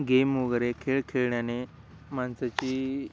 game वगैरे खेळ खेळण्याने माणसाची